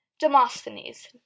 Demosthenes